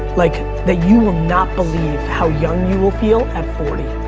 like that you will not believe how young you will feel at forty.